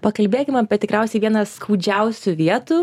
pakalbėkim apie tikriausiai vieną skaudžiausių vietų